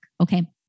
okay